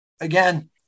again